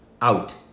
out